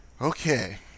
Okay